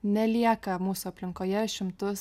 nelieka mūsų aplinkoje šimtus